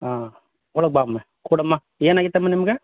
ಹಾಂ ಒಳಗೆ ಬಾಮ್ಮ ಕೂಡಮ್ಮ ಏನಾಗಿತ್ತಮ್ಮ ನಿಮಗೆ